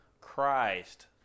Christ